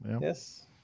Yes